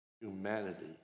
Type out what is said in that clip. humanity